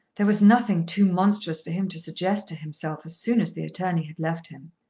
there was nothing too monstrous for him to suggest to himself as soon as the attorney had left him.